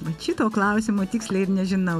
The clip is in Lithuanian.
vat šito klausimo tiksliai ir nežinau